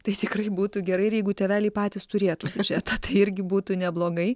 tai tikrai būtų gerai ir jeigu tėveliai patys turėtų biudžetą tai irgi būtų neblogai